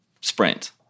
sprint